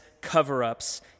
cover-ups